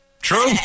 True